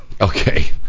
Okay